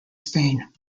spain